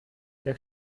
der